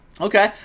okay